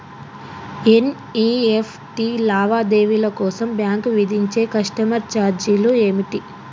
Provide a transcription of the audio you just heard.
NEFT లావాదేవీల కోసం bank విధించే కస్టమర్ ఛార్జీలు ఏమిటి?